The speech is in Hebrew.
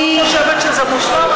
אני לא חושבת שזה מושלם,